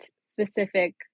specific